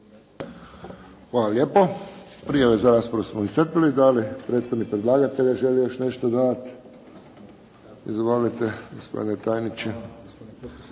Hvala lijepo. Prijave za raspravu smo iscrpili. Da li predstavnik predlagatelja želi još nešto dodati? Izvolite, gospodine tajniče.